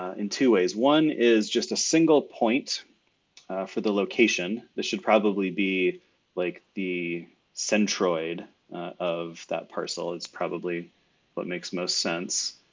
in two ways. one is just a single point for the location. that should probably be like the centroid of that spatial is probably what makes most sense.